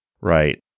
Right